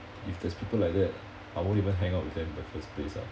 if there's people like that I won't even hang out with them in the first place ah